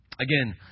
again